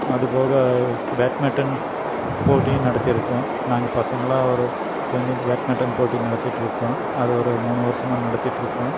அதுபோக ஸ் பேட்மிட்டன் போட்டியும் நடத்தியிருக்கோம் நாங்கள் பசங்களாம் ஒரு சேர்ந்து பேட்மிட்டன் போட்டி நடத்திட்டிருக்கோம் அதை ஒரு மூணு வருஷமாக நடத்திட்டிருக்கோம்